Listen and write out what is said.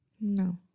No